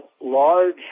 large